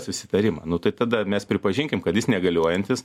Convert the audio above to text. susitarimą nu tai tada mes pripažinkim kad jis negaliojantis